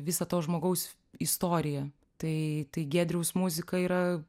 visą to žmogaus istoriją tai tai giedriaus muzika yra